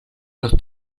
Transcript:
los